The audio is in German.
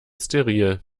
steril